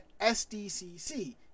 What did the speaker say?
SDCC